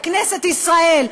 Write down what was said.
בכנסת ישראל,